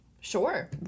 Sure